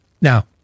Now